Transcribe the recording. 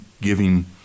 giving